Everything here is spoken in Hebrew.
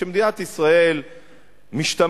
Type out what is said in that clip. כשמדינת ישראל משתמשת,